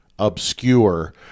obscure